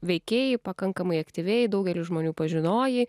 veikei pakankamai aktyviai daugelį žmonių pažinojai